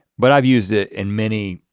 but i've used it in many,